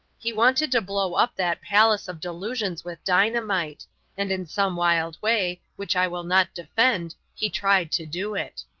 he wanted to blow up that palace of delusions with dynamite and in some wild way, which i will not defend, he tried to do it.